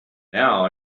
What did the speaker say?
now